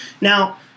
Now